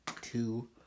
two